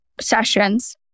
sessions